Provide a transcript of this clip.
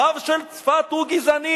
הרב של צפת הוא גזעני,